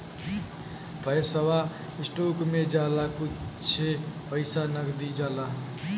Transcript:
पैसवा स्टोक मे जाला कुच्छे पइसा नगदी जाला